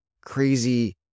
crazy